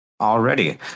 already